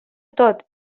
tot